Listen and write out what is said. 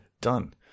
done